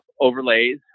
overlays